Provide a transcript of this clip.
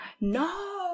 No